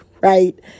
right